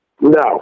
No